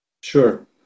Sure